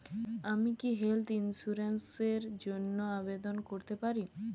আমি কি health insurance র জন্য আবেদন করতে পারি?